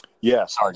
yes